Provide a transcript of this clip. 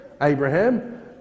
Abraham